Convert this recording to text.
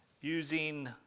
using